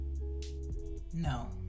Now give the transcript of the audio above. No